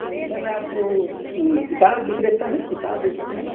sir आप वो किताब विक्रेता हैं किताब बेचते हैं